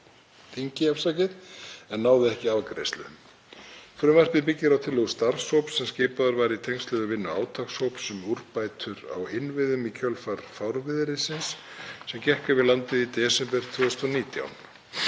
löggjafarþingi en náði ekki afgreiðslu. Frumvarpið byggir á tillögu starfshóps sem skipaður var í tengslum við vinnu átakshóps um úrbætur á innviðum í kjölfar fárviðrisins sem gekk yfir landið í desember 2019.